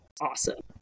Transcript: awesome